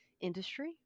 industry